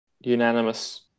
unanimous